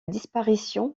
disparition